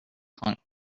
punk